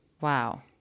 Wow